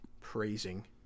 praising